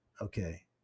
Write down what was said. Okay